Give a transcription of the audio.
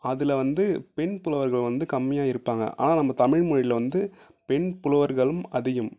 அதில் வந்து பெண்புலவர்கள் வந்து கம்மியாக இருப்பாங்க ஆனால் நம்ம தமிழ் மொழியில வந்து பெண் புலவர்களும் அதிகம்